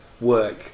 work